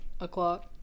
o'clock